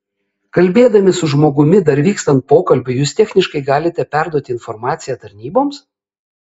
kalbėdami su žmogumi dar vykstant pokalbiui jūs techniškai galite perduoti informaciją tarnyboms